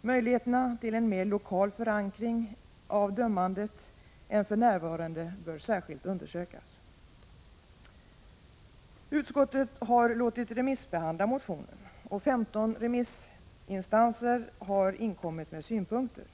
Möjligheterna till en mer lokal förankring av dömandet än den nuvarande bör särskilt undersökas. Utskottet har låtit remissbehandla motionen, och 15 remissinstanser har inkommit med synpunkter.